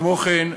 כמו כן,